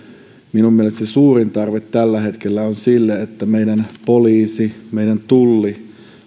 minun mielestäni se suurin tarve tällä hetkellä on sille että meidän poliisi meidän tulli